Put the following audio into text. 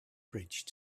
bridge